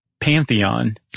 pantheon